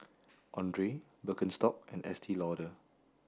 Andre Birkenstock and Estee Lauder